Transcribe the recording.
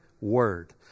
word